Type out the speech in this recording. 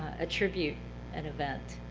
attribute an event,